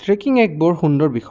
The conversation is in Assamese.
ট্ৰেকিং এক বৰ সুন্দৰ বিষয়